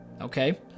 okay